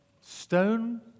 stone